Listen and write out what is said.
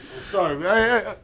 Sorry